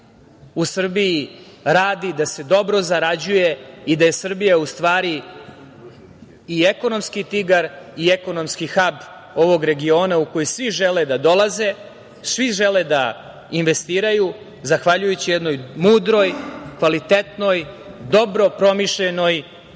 u Srbiji radi, da se dobro zarađuje i da je Srbija, u stvari i ekonomski tigar i ekonomski hab ovog regiona u koji svi žele da dolaze, svi žele da investiraju zahvaljujući jednoj mudroj, kvalitetnoj, dobro promišljenoj